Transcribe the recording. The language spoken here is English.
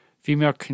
Female